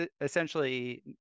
essentially